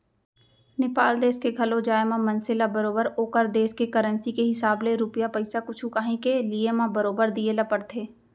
नेपाल देस के घलौ जाए म मनसे ल बरोबर ओकर देस के करेंसी के हिसाब ले रूपिया पइसा कुछु कॉंही के लिये म बरोबर दिये ल परथे